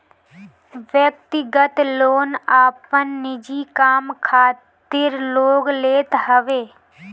व्यक्तिगत लोन आपन निजी काम खातिर लोग लेत हवे